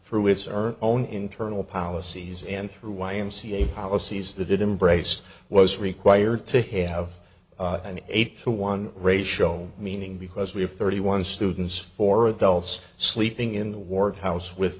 through its our own internal policies and through y m c a policies that it embrace was required to have an eight to one ratio meaning because we have thirty one students for adults sleeping in the ward house with